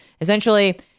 essentially